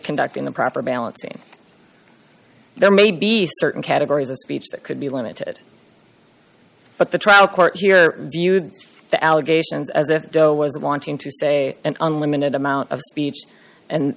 conducting the proper balancing there may be certain categories of speech that could be limited but the trial court here viewed the allegations as the dough was wanting to say an unlimited amount of speech and